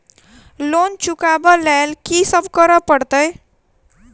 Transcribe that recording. Loan चुका ब लैल की सब करऽ पड़तै?